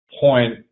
point